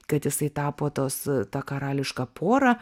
kad jisai tapo tos tą karališką porą